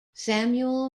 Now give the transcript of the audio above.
samuel